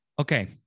okay